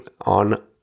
on